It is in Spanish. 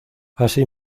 así